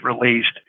released